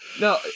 no